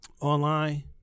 online